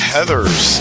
Heather's